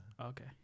Okay